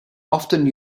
often